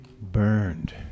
burned